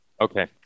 Okay